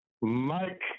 Mike